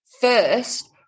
first